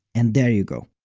and there you go.